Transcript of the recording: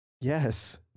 yes